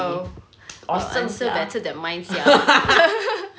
!wow! awesome sia better than mine sia